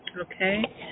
okay